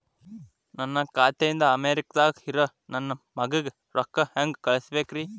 ನನ್ನ ಖಾತೆ ಇಂದ ಅಮೇರಿಕಾದಾಗ್ ಇರೋ ನನ್ನ ಮಗಗ ರೊಕ್ಕ ಹೆಂಗ್ ಕಳಸಬೇಕ್ರಿ?